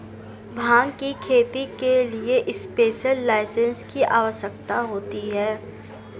भांग की खेती के लिए स्पेशल लाइसेंस की आवश्यकता होती है